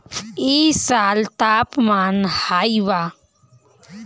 इ साल तापमान हाई बा